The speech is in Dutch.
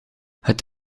het